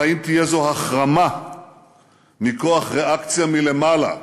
"האם תהיה זו החרמה מכוח ריאקציה מלמעלה",